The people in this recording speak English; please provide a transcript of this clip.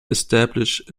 established